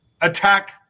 attack